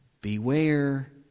Beware